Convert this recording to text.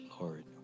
Lord